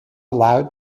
allowed